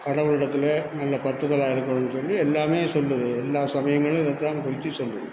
கடவுளிடத்தில் நல்லா பற்றுதலாக இருக்கணும்னு சொல்லி எல்லாமே சொல்லுது எல்லா சமயங்களும் இதை தான் குறித்து சொல்லுது